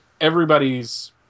everybody's